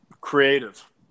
Creative